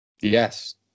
Yes